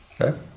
Okay